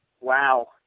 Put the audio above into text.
wow